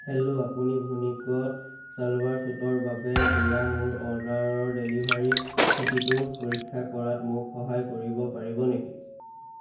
hello আপুনি ভুনিকত salwar suit বাবে দিয়া মোৰ অৰ্ডাৰৰ ডেলিভাৰী স্থিতিটো পৰীক্ষা কৰাত মোক সহায় কৰিব পাৰিব নেকি